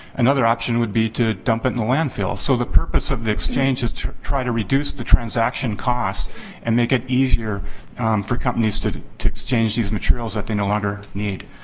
another option would be to dump it in the landfill. so, the purpose of the exchange is try to reduce the transaction cost and make it easier for companies to to exchange these materials that they no longer need.